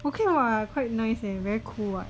okay [what] quite nice leh very cool [what]